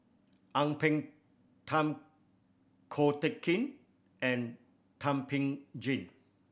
Ang Peng Tiam Ko Teck Kin and Thum Ping Tjin